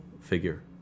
figure